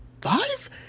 five